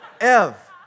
Ev